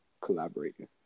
collaborating